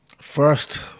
First